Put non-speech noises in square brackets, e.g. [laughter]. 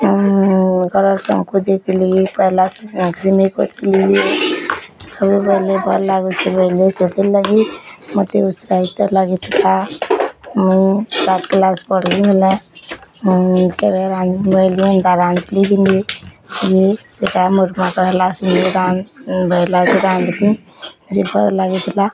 ମୁଁ [unintelligible] ସବୁ କହିଲେ ଭଲ୍ ଲାଗୁଛି ବୋଲି ସେଥିଲାଗି ମତେ ଉତ୍ସାହିତ ଲାଗି ଥିଲା ମୁଁ ସାତ କ୍ଲାସ୍ ପଢ଼ି କି ହେଲା ମୁଁ କେବେ ରାନ୍ଧି [unintelligible] ଯେ ସେଇଟା ମୋର [unintelligible] ଯେ ଭଲ୍ ଲାଗି ଥିଲା